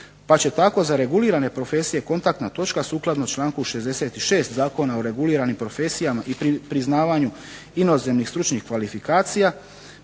pa će tako za regulirane profesije kontaktna točka sukladno članku 66. Zakona o reguliranim profesijama i priznavanju inozemnih stručnih kvalifikacija